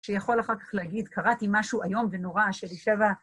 שיכול לך כך להגיד, קראתי משהו היום ונורא, שאני שווה...